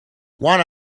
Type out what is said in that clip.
one